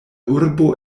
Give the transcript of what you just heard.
urbo